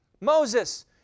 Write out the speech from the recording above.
Moses